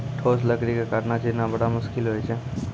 ठोस लकड़ी क काटना, चीरना बड़ा मुसकिल होय छै